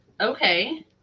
Okay